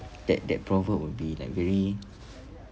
that that proverb would be like very